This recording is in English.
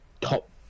top